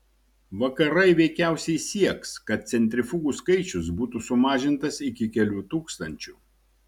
vakarai veikiausiai sieks kad centrifugų skaičius būtų sumažintas iki kelių tūkstančių